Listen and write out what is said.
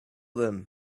then